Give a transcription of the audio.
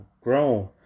grown